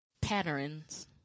patterns